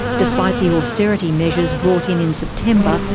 despite the austerity measures brought in in september,